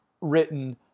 written